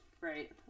right